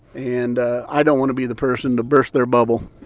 and i don't want to be the person to burst their bubble